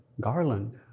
Garland